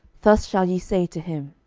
thus shall ye say to him,